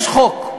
יש חוק.